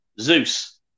Zeus